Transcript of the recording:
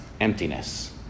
emptiness